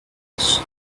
flash